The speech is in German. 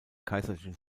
kaiserlichen